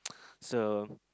so